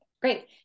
Great